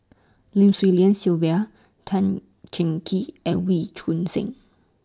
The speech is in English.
Lim Swee Lian Sylvia Tan Cheng Kee and Wee Choon Seng